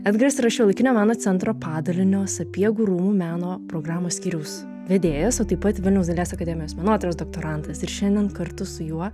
edgaras yra šiuolaikinio meno centro padalinio sapiegų rūmų meno programų skyriaus vedėjas o taip pat vilniaus dailės akademijos menotyros doktorantas ir šiandien kartu su juo